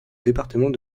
département